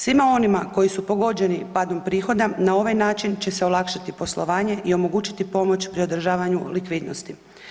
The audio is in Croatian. Svima onima koji su pogođeni padom prihoda na ovaj način će se olakšati poslovanje i omogućiti pomoć pri održavanju likvidnosti.